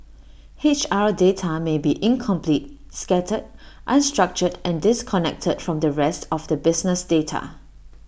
H R data may be incomplete scattered unstructured and disconnected from the rest of the business data